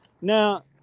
Now